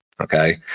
okay